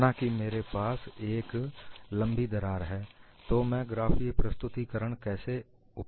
माना कि मेरे पास एक लंबी दरार है तो मैं ग्राफीय प्रस्तुतीकरण कैसे उपयोग कर सकता हूं